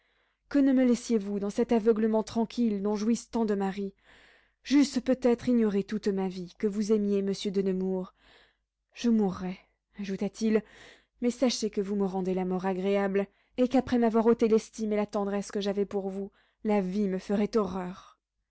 que ne me laissiez vous dans cet aveuglement tranquille dont jouissent tant de maris j'eusse peut-être ignoré toute ma vie que vous aimiez monsieur de nemours je mourrai ajouta-t-il mais sachez que vous me rendez la mort agréable et qu'après m'avoir ôté l'estime et la tendresse que j'avais pour vous la vie me ferait horreur